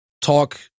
talk